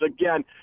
again